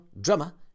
drummer